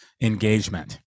engagement